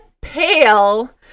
pale